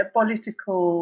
political